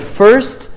first